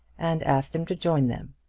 and asked him to join them.